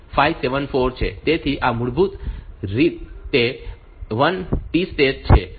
તેથી આ મૂળભૂત રીતે લૂપ 1 માટે ટી સ્ટેટ્સ છે